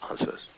answers